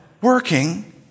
working